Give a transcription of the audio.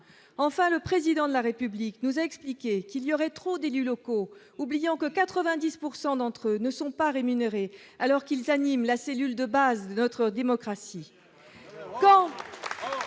enfin, le président de la République nous expliquer qu'il y aurait trop d'élus locaux, oubliant que 90 pourcent d'entre eux ne sont pas rémunérés alors qu'ils animent la cellule de base de notre démocratie.